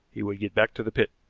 he would get back to the pit.